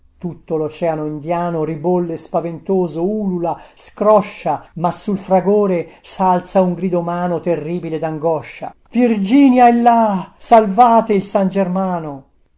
tutto loceano indiano ribolle spaventoso ulula scroscia ma sul fragore salza un grido umano terribile dangoscia virginia è là salvate il san germano